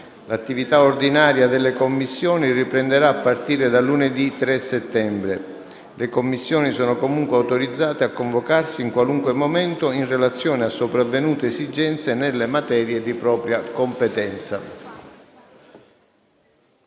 L'attività ordinaria delle Commissioni riprenderà a partire da lunedì 4 settembre. Le Commissioni sono comunque autorizzate a convocarsi in qualunque momento in relazione a sopravvenute esigenze nelle materie di propria competenza.